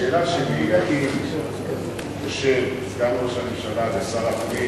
השאלה שלי: האם סגן ראש הממשלה ושר הפנים